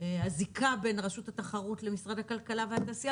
הזיקה בין רשות התחרות ומשרד הכלכלה והתעשייה